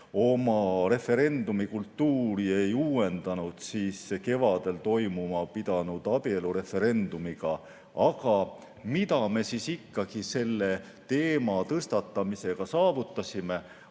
oma referendumikultuuri ei uuendanud kevadel toimuma pidanud abielureferendumiga. Aga mida me ikkagi selle teema tõstatamisega saavutasime,